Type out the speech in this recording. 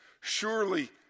Surely